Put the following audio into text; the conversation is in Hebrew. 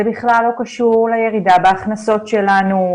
זה בכלל לא קשור לירידה בהכנסות שלנו,